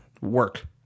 work